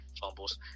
fumbles